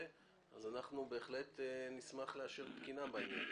אז אנחנו בהחלט נשמח לאשר תקינה בעניין הזה.